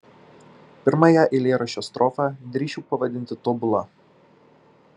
pirmąją eilėraščio strofą drįsčiau pavadinti tobula